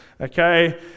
okay